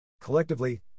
Collectively